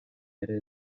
ere